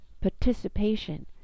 participation